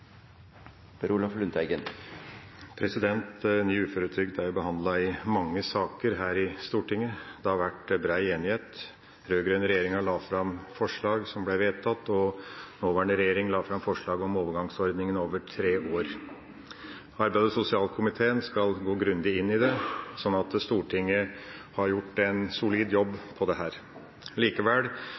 Ny uføretrygd er behandlet i mange saker her i Stortinget. Det har vært bred enighet. Den rød-grønne regjeringa la fram forslag som ble vedtatt, og den nåværende regjeringa la fram forslag om en overgangsordning over tre år. Arbeids- og sosialkomiteen skal gå grundig inn i dette. Så Stortinget har gjort en solid jobb her. Likevel viser nå tall fra Skattedirektoratet, basert på